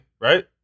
right